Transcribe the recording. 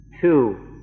two